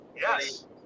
Yes